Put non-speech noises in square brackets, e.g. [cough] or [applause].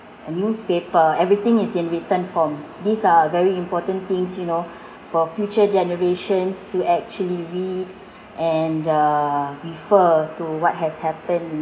uh newspaper everything is in written form these are very important things you know [breath] for future generations to actually read and uh refer to what has happened